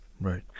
Right